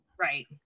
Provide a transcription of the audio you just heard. Right